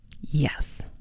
Yes